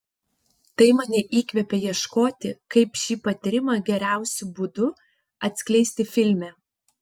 tai mane įkvėpė ieškoti kaip šį patyrimą geriausiu būdu atskleisti filme